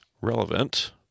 relevant